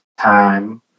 time